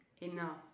enough